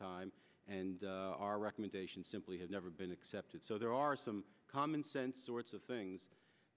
time and our recommendations simply have never been accepted so there are some common sense sorts of things